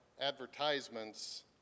advertisements